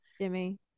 Jimmy